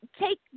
take